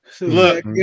Look